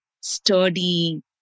sturdy